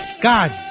God